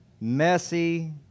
messy